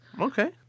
Okay